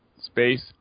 space